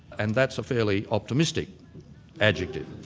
and that's a fairly optimistic adjective.